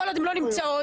בכל המקומות אתה נמצא.